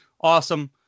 awesome